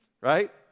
right